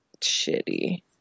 shitty